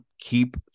keep